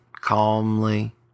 calmly